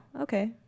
okay